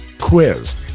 quiz